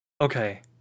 Okay